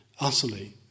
utterly